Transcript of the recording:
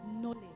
knowledge